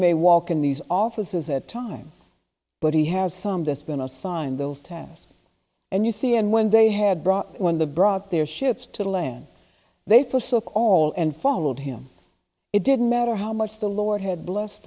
may walk in these offices at time but he has some that's been assigned those tasks and you see and when they had brought when the brought their ships to the land they first of all and followed him it didn't matter how much the lord had blessed